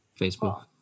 Facebook